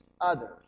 others